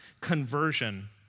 conversion